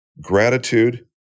gratitude